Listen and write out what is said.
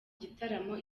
gitaramo